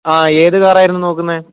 ആ ഏത് കാറായിരുന്നു നോക്കുന്നത്